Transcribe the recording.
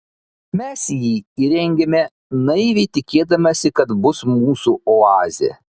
mes jį įrengėme naiviai tikėdamiesi kad bus mūsų oazė